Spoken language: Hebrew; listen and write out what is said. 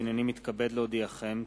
הנני מתכבד להודיעכם,